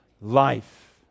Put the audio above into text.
life